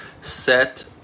Set